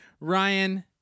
Ryan